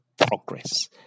progress